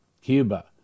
Cuba